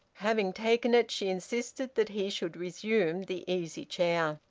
having taken it, she insisted that he should resume the easy chair.